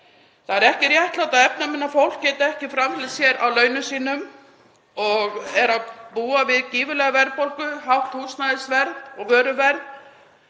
Það er ekki réttlátt að efnaminna fólk geti ekki framfleytt sér á launum sínum og búi við gífurlega verðbólgu, hátt húsnæðisverð og vöruverð